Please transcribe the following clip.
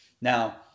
Now